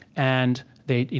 and they,